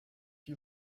you